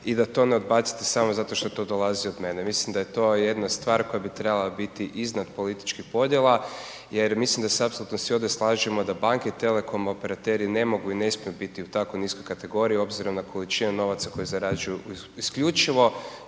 i da to ne odbacite samo zato što to dolazi od mene. Mislim da je to jedna stvar koja bi trebala biti iznad političkih podjela jer mislim da se apsolutno svi ovdje slažemo da banke i telekom operateri ne mogu i ne smiju biti u tako niskoj kategoriji obzirom na količinu novaca koju zarađuju, isključivo